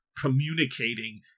communicating